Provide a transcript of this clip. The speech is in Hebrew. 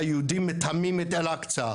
"היהודים מטמאים את אל אקצה".